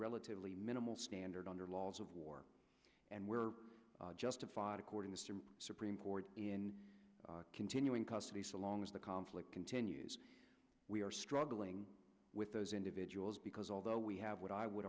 relatively minimal standard under laws of war and we're justified according to supreme court in continuing custody so long as the conflict continues we are struggling with those individuals because although we have what i would